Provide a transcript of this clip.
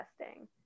testing